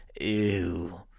Ew